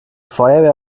feuerwehr